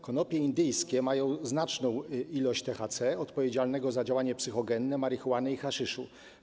Konopie indyjskie mają znaczną ilość THC, odpowiedzialnego za działanie psychogenne marihuany i haszyszu.